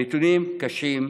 הנתונים קשים,